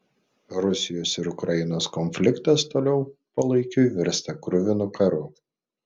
rusijos ir ukrainos konfliktas toliau palaikiui virsta kruvinu karu